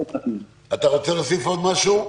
אתה רוצה להוסיף עוד משהו?